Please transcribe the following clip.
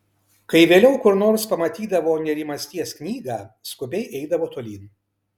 kai vėliau kur nors pamatydavo nerimasties knygą skubiai eidavo tolyn